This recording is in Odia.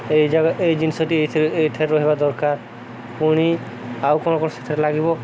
ଏହି ଜାଗା ଏହି ଜିନିଷଟି ଏହିଠାରେ ରହିବା ଦରକାର ପୁଣି ଆଉ କ'ଣ କ'ଣ ସେଠାରେ ଲାଗିବ